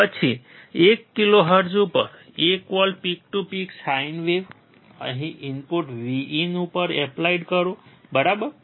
પછી 1 kHz ઉપર 1 volt peak to peak sine wave અહીં ઇનપુટ Vin ઉપર એપ્લાઈડ કરો બરાબર